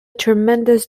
tremendous